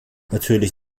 natürlich